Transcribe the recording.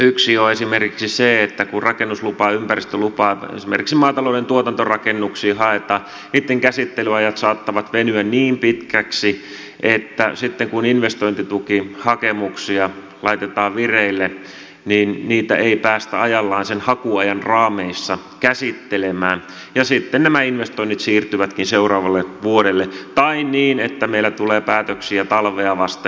yksi on esimerkiksi se että kun rakennuslupaa ympäristölupaa esimerkiksi maatalouden tuotantorakennuksiin haetaan niitten käsittelyajat saattavat venyä niin pitkiksi että sitten kun investointitukihakemuksia laitetaan vireille niin niitä ei päästä ajallaan sen hakuajan raameissa käsittelemään ja sitten nämä investoinnit siirtyvätkin seuraavalle vuodelle tai niin että meillä tulee päätöksiä talvea vasten